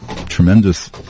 tremendous